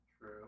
True